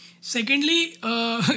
secondly